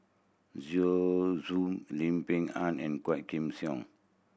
Zhu Xu Lim Peng Han and Quah Kim Song